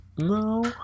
No